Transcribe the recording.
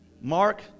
Mark